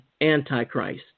antichrist